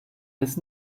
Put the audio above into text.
bis